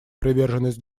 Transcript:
приверженность